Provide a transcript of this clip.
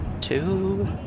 two